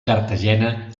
cartagena